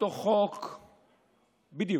אותו חוק בדיוק.